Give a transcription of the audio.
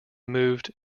moved